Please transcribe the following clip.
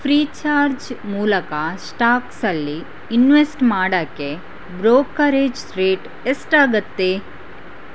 Freecharge ಮೂಲಕ ಸ್ಟಾಕ್ಸಲ್ಲಿ invest ಮಾಡೋಕ್ಕೆ ಬ್ರೋಕರೇಜ್ ರೇಟ್ ಎಷ್ಟಾಗುತ್ತೆ